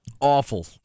Awful